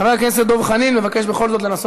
חבר הכנסת דב חנין מבקש בכל זאת לנסות